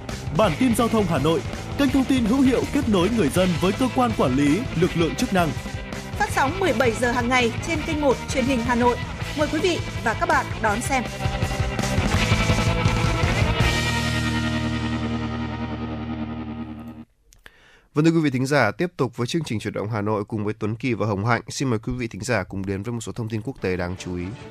Bản tin giao thông Hà Nội, kênh thông tin hữu hiệu kết nối người dân với cơ quan quản lý, lực lượng chức năng. Phát sóng 17 giờ hàng ngày trên kênh một truyền hình Hà Nội. Mời quý vị và các bạn đón xem. Vâng thưa quý vị thính giả, tiếp tục với chương trình Chuyển động Hà Nội cùng với Tuấn Kỳ và Hồng Hạnh. Xin mời quý vị thính giả cùng đến với một số thông tin quốc tế đáng chú ý.